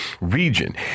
region